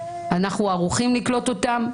אנחנו ערוכים לקלוט אותם.